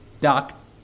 Doc